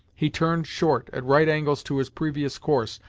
he turned short, at right angles to his previous course,